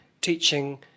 teaching